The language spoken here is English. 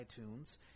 iTunes